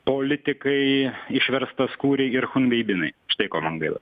politikai išverstaskūriai ir chunveibinai štai ko man gaila